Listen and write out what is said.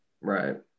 Right